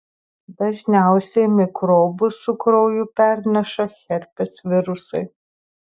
dažniausiai mikrobus su krauju perneša herpes virusai